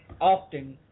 often